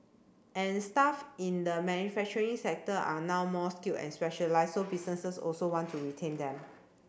and staff in the manufacturing sector are now more skilled and specialised so businesses also want to retain them